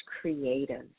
creative